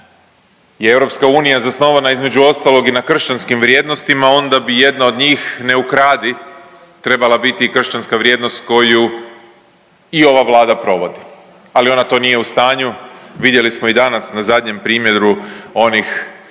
na žalost, je EU zasnovana između ostalog i na kršćanskim vrijednostima, onda bi jedna od njih „ne ukradi“ trebala biti i kršćanska vrijednost koju i ova Vlada provodi. Ali ona to nije u stanju. Vidjeli smo i danas na zadnjem primjeru onih